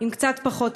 עם קצת פחות אמוניה,